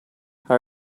how